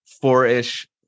four-ish